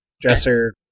Dresser